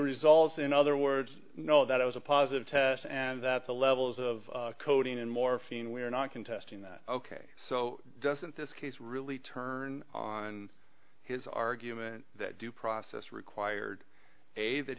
results in other words know that it was a positive test and that the levels of coding and morphine were not contesting that ok so doesn't this case really turn on his argument that due process required a that